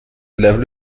level